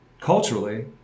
Culturally